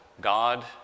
God